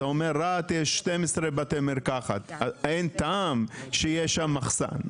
אתה אומר שברהט יש 12 בתי מרקחת אז אין טעם שיהיה שם מחסן,